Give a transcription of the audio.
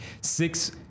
Six